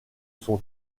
son